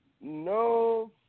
No